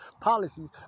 policies